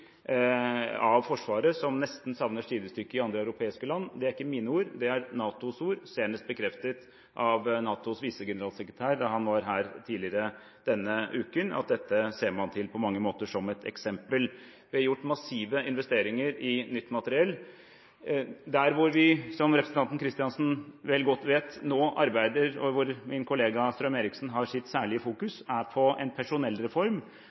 av Forsvaret som nesten savner sidestykke i andre europeiske land. Det er ikke mine ord, det er NATOs ord, senest bekreftet av NATOs visegeneralsekretær da han var her tidligere denne uken: Dette ser man til, på mange måter, som et eksempel. Vi har gjort massive investeringer i nytt materiell. Det vi, som representanten Kristiansen vel godt vet, nå arbeider med, og hvor min kollega Strøm-Erichsen har sitt særlige fokus, er en personellreform.